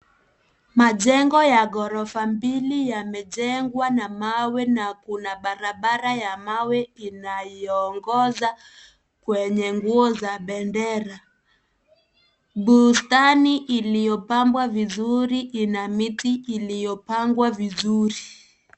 Majengo ya gorofa mbili yamejengwa na mawe na kuna barabara ya mawe inayo ongoza kwenye nguo za bendera. Bustani iliyo pambwa vizuri ina miti iliyo pangwa vizuri.